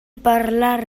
parlar